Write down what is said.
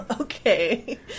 Okay